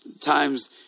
times